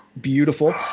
beautiful